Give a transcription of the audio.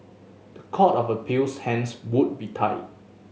the Court of Appeal's hands would be tied